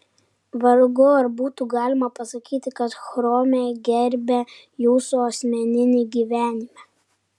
vargu ar būtų galima pasakyti kad chrome gerbia jūsų asmeninį gyvenimą